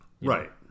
right